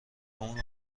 اون